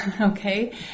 okay